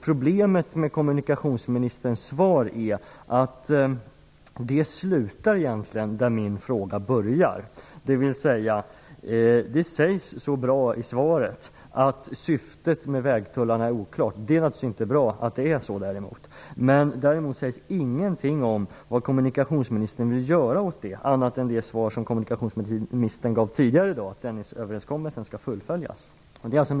Problemet med kommunikationsministerns svar är att det egentligen slutar där min fråga börjar, dvs. att det sägs så bra i svaret att syftet med vägtullarna är oklart. Det är naturligtvis inte bra att det är så. Men däremot sägs ingenting om vad kommunikationsministern vill göra åt detta, annat än att Dennisöverenskommelsen skall fullföljas, som var det svar som kommunikationsministern gav tidigare i dag.